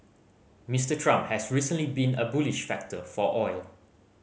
Mister Trump has recently been a bullish factor for oil